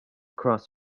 cross